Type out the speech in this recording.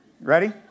Ready